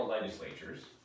legislatures